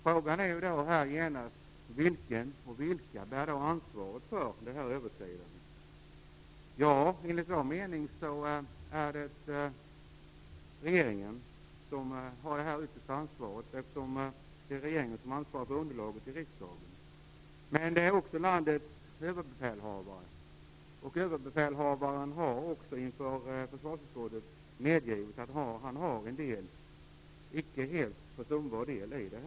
Frågan är vem eller vilka som bär ansvaret för detta överskridande. Enligt vår mening är det regeringen som har det yttersta ansvaret, eftersom det är regeringen som ansvarar för underlaget till riksdagen. Men det gäller också landets överbefälhavare. Överbefälhavaren har också inför försvarsutskottet medgivit att han har en icke helt försumbar del i det.